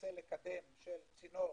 מנסה לקדם צינור